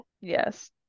Yes